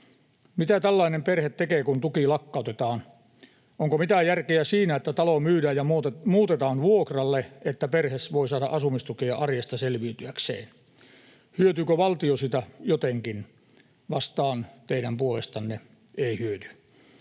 Mitä tällainen perhe tekee, kun tuki lakkautetaan? Onko mitään järkeä siinä, että talo myydään ja muutetaan vuokralle, että perheessä voi saada asumistukea arjesta selviytyäkseen? Hyötyykö valtio siitä jotenkin? Vastaan teidän puolestanne: ei hyödy.